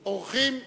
אורחים נכבדים,